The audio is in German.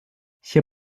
hier